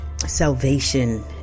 Salvation